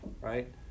Right